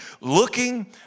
looking